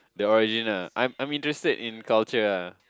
the origin ah I'm I'm interested in culture ah